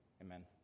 amen